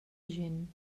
gent